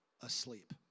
asleep